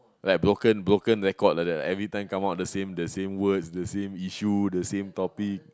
like broken broken records like that every time come out the same the same words the same issue the same topic